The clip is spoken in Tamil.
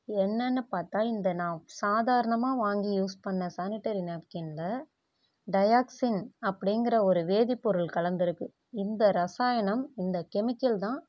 என்னென்னு பார்த்தா இந்த நான் சாதாரணமாக வாங்கி யூஸ் பண்ண சானிடரி நாப்கினில் டயாக்சின் அப்டிங்கிற ஒரு வேதிப்பொருள் கலந்திருக்குது இந்த ரசாயனம் இந்த கெமிக்கல் தான்